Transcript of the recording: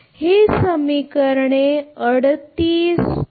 हे समीकरण 38 आहे